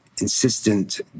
insistent